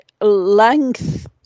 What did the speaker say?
length